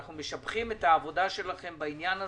אנחנו משבחים את העבודה בעניין הזה,